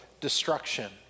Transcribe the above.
destruction